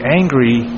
angry